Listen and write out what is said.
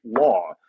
law